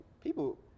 people